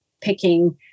picking